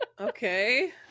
okay